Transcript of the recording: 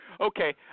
Okay